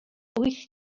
wyth